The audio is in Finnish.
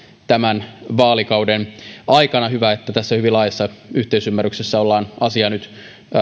tämän vaalikauden aikana hyvä että tässä hyvin laajassa yhteisymmärryksessä olemme asiaa nyt